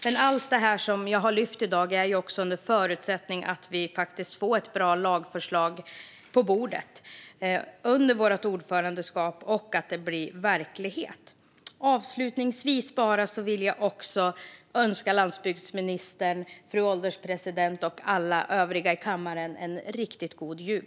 Men allt som jag lyft fram i dag är under förutsättning att vi faktiskt får ett bra lagförslag på bordet under vårt ordförandeskap och att det blir verklighet av det. Avslutningsvis vill jag önska landsbygdsministern, fru ålderspresidenten och alla övriga i kammaren en riktigt god jul.